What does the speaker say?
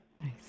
Nice